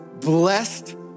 blessed